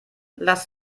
lass